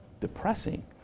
Depressing